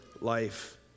life